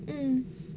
mm